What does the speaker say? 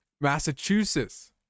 Massachusetts